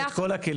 יש את כל הכלים.